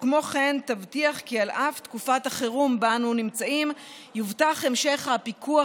וכן תבטיח כי על אף תקופת החירום שבה אנו נמצאים יובטח המשך הפיקוח